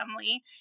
family